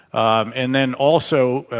um and then also,